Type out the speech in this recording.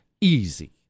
easy